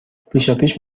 پیشاپیش